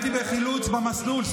הייתי בחילוץ במסלול,